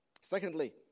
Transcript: Secondly